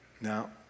Now